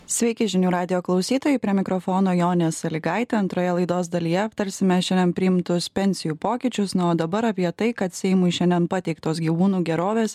sveiki žinių radijo klausytojai prie mikrofono jonė salygaitė antroje laidos dalyje aptarsime šiandien priimtus pensijų pokyčius na o dabar apie tai kad seimui šiandien pateiktos gyvūnų gerovės